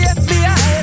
fbi